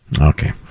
Okay